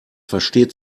versteht